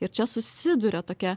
ir čia susiduria tokia